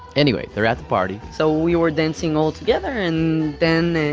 anyway, they are at the party so we were dancing all together and then